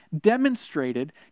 demonstrated